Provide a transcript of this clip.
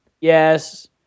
Yes